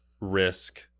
risk